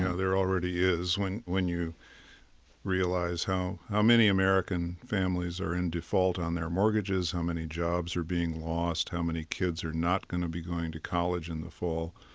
there already is. when when you realize how how many american families are in default on their mortgages, how many jobs are being lost, how many kids are not going to be going to college in the fall,